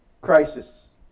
crisis